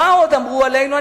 מה עוד אמרו עלינו?